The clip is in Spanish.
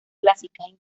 clásicas